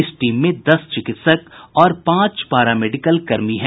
इस टीम में दस चिकित्सक और पांच पारा मेडिकल कर्मी हैं